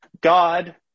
God